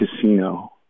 casino